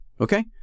okay